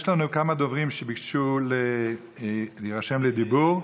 יש לנו כמה דוברים שביקשו להירשם לדיבור.